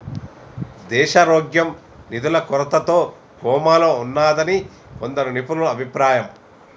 దేశారోగ్యం నిధుల కొరతతో కోమాలో ఉన్నాదని కొందరు నిపుణుల అభిప్రాయం